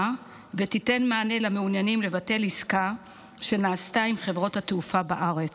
ותיתן מענה למעוניינים לבטל עסקה שנעשתה עם חברות התעופה בארץ.